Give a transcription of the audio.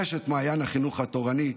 רשת מעיין החינוך התורני,